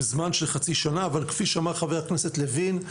זמן של חצי שנה אבל כפי שאמר חבר הכנסת לוין,